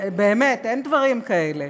באמת, אין דברים כאלה.